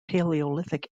paleolithic